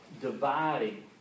dividing